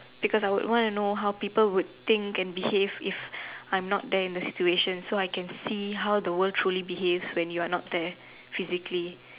because I would want to know how people would think and behave if I'm not there in that situation so I can see how the world truly behaves when you're not there physically